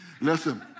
Listen